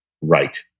right